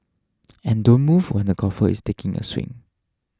and don't move when the golfer is taking a swing